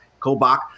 kobach